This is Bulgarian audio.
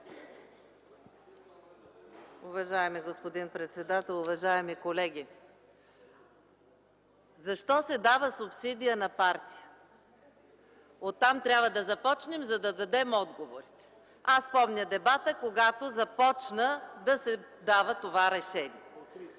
Уважаеми господин председател, уважаеми колеги! Защо се дава субсидия на партия? Оттам трябва да започнем, за да дадем отговорите. Аз помня дебата, когато започна да се дава това решение.